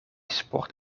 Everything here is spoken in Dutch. sport